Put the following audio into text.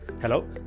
Hello